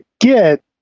get